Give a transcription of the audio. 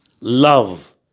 love